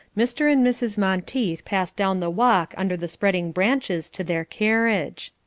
mr. and mrs. monteith passed down the walk under the spreading branches to their carriage.